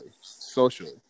socially